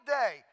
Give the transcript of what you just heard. day